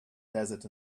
desert